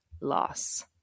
loss